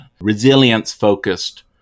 resilience-focused